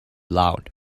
loud